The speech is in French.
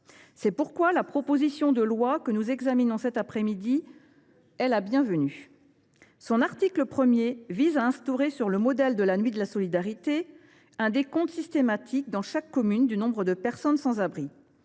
C’est pourquoi la proposition de loi que nous examinons cet après midi est la bienvenue. Son article 1 vise à instaurer, sur le modèle de la Nuit de la solidarité, un décompte systématique dans chaque commune du nombre de personnes sans abri.